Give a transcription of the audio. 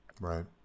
Right